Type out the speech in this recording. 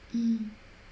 mm